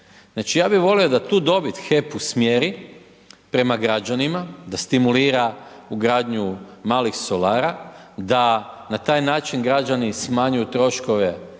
Znači ja bi volio da tu dobit HEP usmjeri prema građanima, da stimulira ugradnju malih solara, da na taj način građani smanjuju troškove